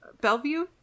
bellevue